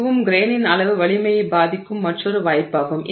இதுவும் கிரெய்னின் அளவு வலிமையை பாதிக்கும் மற்றொரு வாய்ப்பாகும்